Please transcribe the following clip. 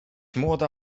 młoda